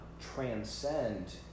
transcend